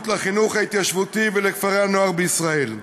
לחינוך ההתיישבותי ולכפרי הנוער בישראל.